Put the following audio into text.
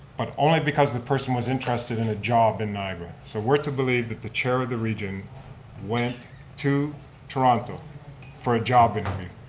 but because the person was interested in a job in niagara. so we're to believe that the chair of the region went to toronto for a job interview.